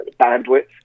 bandwidth